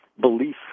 belief